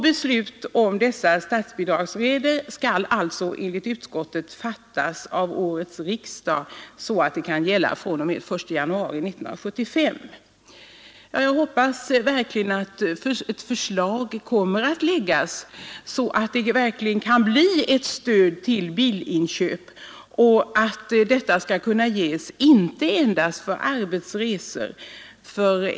Beslut om dessa statsbidragsregler skall alltså enligt utskottet fattas av årets riksdag så att de kan gälla fr.o.m. den 1 januari 1975. Jag hoppas verkligen att ett förslag kommer att framläggas, så att det kan bli ett stöd till bilinköp och att detta skall kunna ges inte endast för arbetsresor.